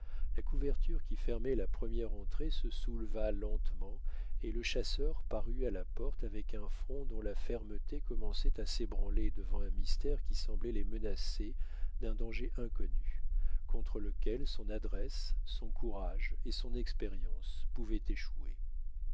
la couverture qui fermait la première entrée se souleva lentement et le chasseur parut à la porte avec un front dont la fermeté commençait à s'ébranler devant un mystère qui semblait les menacer d'un danger inconnu contre lequel son adresse son courage et son expérience pouvaient échouer